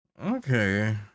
Okay